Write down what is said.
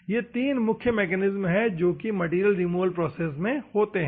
ये 3 मुख्य मैकेनिज्म है जो कि मैटेरियल रिमूवल प्रोसेस में होते हैं